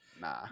Nah